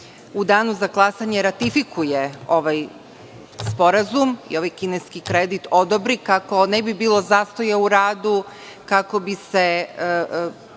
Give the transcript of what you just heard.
u Danu za glasanje ratifikuje ovaj sporazum i ovaj kineski kredit odobri, kako ne bi bilo zastoja u radu, kako bi se